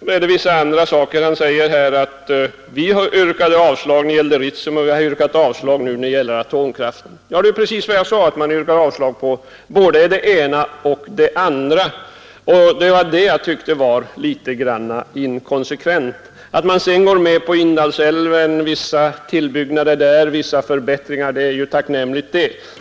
redovisar herr Börjesson andra saker och säger att ”vi yrkade avslag när det gällde Ritsem, och vi har yrkat avslag nu när det gäller atomkraften”. Det är precis vad jag påpekade. Man yrkar avslag på både det ena och det andra, och det tycker jag är litet inkonsekvent. Att man sedan går med på vissa utbyggnader och förbättringar i Indalsälven är ju tacknämligt.